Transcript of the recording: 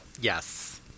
Yes